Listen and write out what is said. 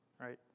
right